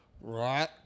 Right